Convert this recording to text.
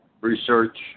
research